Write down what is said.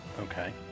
okay